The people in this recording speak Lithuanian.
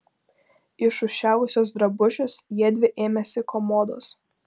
išrūšiavusios drabužius jiedvi ėmėsi komodos